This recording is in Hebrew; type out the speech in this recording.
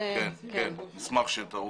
כן, בבקשה.